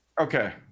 okay